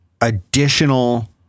additional